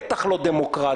בטח לא דמוקרטית,